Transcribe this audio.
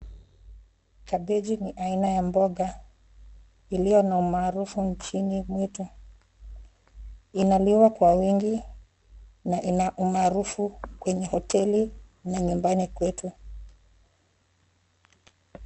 Kabeji ni aina ya mboga iliyo na umaarufu nchini mwetu. Inalimwa kwa wingi na ina umaarufu kwenye hoteli na nyumbani kwetu.